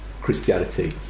Christianity